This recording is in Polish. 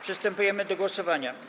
Przystępujemy do głosowania.